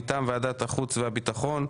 מטעם ועדת החוץ והביטחון,